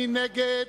מי נגד,